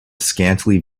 scantily